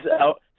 out